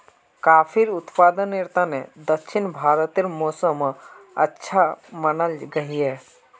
काफिर उत्पादनेर तने दक्षिण भारतेर मौसम अच्छा मनाल गहिये